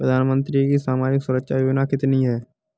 प्रधानमंत्री की सामाजिक सुरक्षा योजनाएँ कितनी हैं?